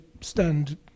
stand